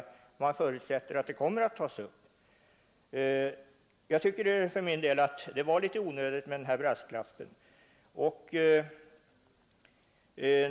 tidigare har förutsatt att de kommer att tas upp. För min del anser jag att det var litet onödigt med den här brasklappen.